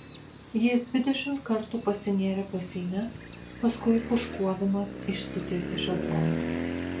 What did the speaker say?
jis dvidešimt kartų pasinėrė baseine paskui pūškuodamas išsitiesė šezlonge